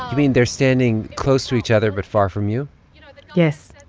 mean they're standing close to each other but far from you you know yes.